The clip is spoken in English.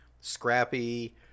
scrappy